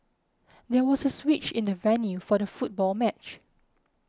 there was a switch in the venue for the football match